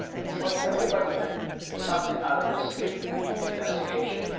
it's like everybody got something out of this and investigation,